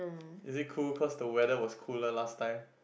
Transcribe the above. is it cool cause the weather was cooler last time